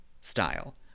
style